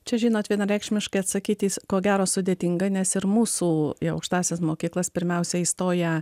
čia žinot vienareikšmiškai atsakyti ko gero sudėtinga nes ir mūsų į aukštąsias mokyklas pirmiausia įstoję